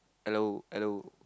hello hello